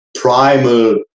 primal